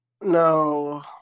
No